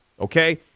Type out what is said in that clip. Okay